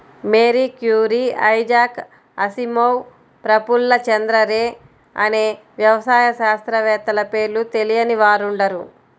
Mary Curie, Isaac Asimov, Prafulla Chandra Ray అనే వ్యవసాయ శాస్త్రవేత్తల పేర్లు తెలియని వారుండరు